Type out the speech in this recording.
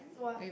what